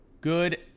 Good